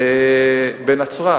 בנצרת